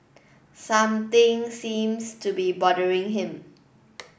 something seems to be bothering him